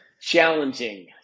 Challenging